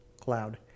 cloud